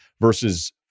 versus